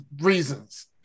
reasons